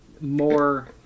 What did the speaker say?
more